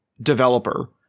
developer